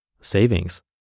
savings